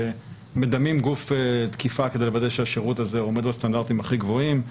מדמים גוף תקיפה כדי לוודא שהשירות הזה עומד בסטנדרטים הכי גבוהים,